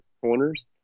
corners